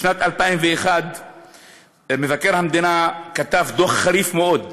בשנת 2001 כתב מבקר המדינה דוח חריף מאוד,